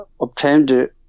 obtained